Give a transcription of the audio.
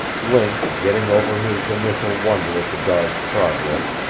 link, getting over his initial wonder at the dog's progress,